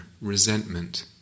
resentment